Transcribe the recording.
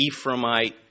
Ephraimite